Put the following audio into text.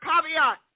caveat